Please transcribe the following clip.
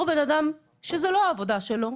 כשזה לא העבודה שלי,